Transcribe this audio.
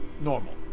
normal